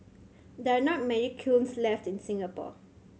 there are not many kilns left in Singapore